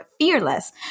fearless